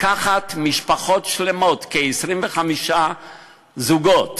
לקחת משפחות שלמות, כ-25 זוגות,